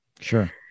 Sure